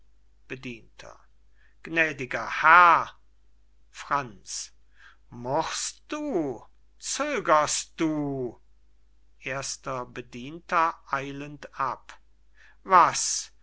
bedienter gnädiger herr franz murrst du zögerst du erster bedienter eilend ab was